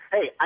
Hey